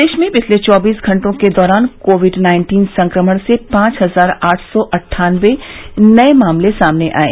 प्रदेश में पिछले चौबीस घंटों के दौरान कोविड नाइन्टीन संक्रमण के पांच हजार आठ सौ अन्ठानबे नये मामले सामने आये